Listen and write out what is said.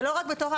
זה לא רק האשמה.